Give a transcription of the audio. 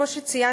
כמו שציינתי,